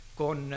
con